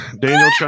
Daniel